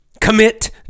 commit